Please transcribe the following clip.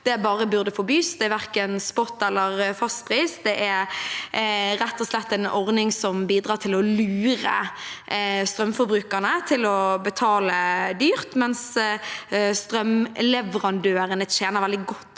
det bare burde forbys. Det er verken spotpris eller fastpris, det er rett og slett en ordning som bidrar til å lure strømforbrukerne til å betale dyrt, mens strømleverandørene tjener veldig godt